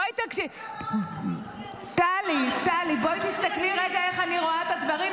בואי תקשיבי --- אני לא רוצה לקחת לך את הנאום.